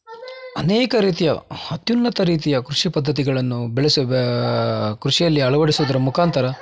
ಅನೇಕ ರೀತಿಯ ಅತ್ಯುನ್ನತ ರೀತಿಯ ಕೃಷಿ ಪದ್ಧತಿಗಳನ್ನು ಬೆಳೆಸು ಕೃಷಿಯಲ್ಲಿ ಅಳವಡಿಸುವುದರ ಮುಖಾಂತರ